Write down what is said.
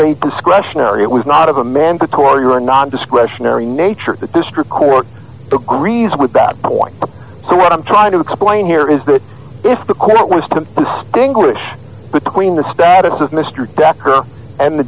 a discretionary it was not a mandatory or non discretionary nature of the district court agrees with that point so what i'm trying to explain here is that if the court was to distinguish between the status of mr decker and the